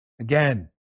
Again